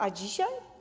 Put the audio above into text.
A dzisiaj?